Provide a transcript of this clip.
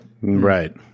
Right